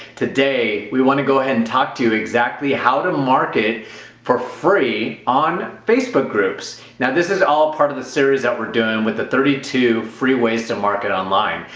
today we want to go ahead and talk to you exactly how to market for free on facebook groups. now, this is all part of the series that we're doing with the thirty two freeways to market online.